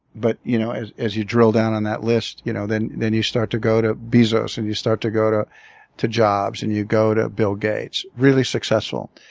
but you know as as you drill down on that list, you know then then you start to go to bezos, and you start to go to to jobs, and you go to bill gates really successful,